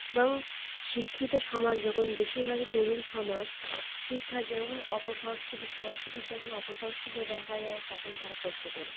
এবং শিক্ষিত সমাজ যখন বেশিরভাগই তরুণ সমাজ শিক্ষা যেমন অপসংস্কৃতি সংস্কৃতির যখন অপসংস্কৃতি দেখা যায় তখন তারা প্রশ্ন তোলে